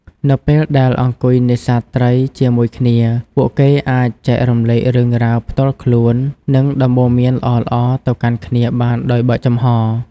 នៅពេលដែលអង្គុយនេសាទត្រីជាមួយគ្នា ពួកគេអាចចែករំលែករឿងរ៉ាវផ្ទាល់ខ្លួននិងដំបូន្មានល្អៗទៅកាន់គ្នាបានដោយបើកចំហរ។